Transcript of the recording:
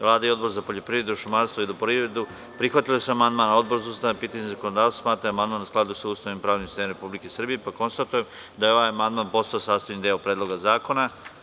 Vlada i Odbor za poljoprivredu, šumarstvo i vodoprivredu prihvatili su amandman, a Odbor za ustavna pitanja i zakonodavstvo smatra da je amandman u skladu sa Ustavom i pravnim sistemom Republike Srbije, pa konstatujem da je amandman postao sastavni deo Predloga zakona.